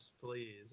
please